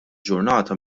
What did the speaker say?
ġurnata